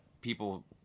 people